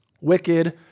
wicked